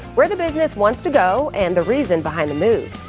where the business wants to go. and the reason behind the move.